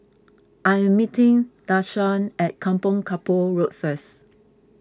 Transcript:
I am meeting Deshawn at Kampong Kapor Road first